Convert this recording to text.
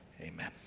amen